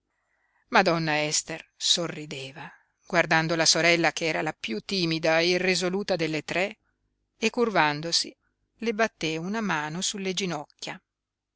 donna ester sorrideva guardando la sorella che era la piú timida e irresoluta delle tre e curvandosi le batté una mano sulle ginocchia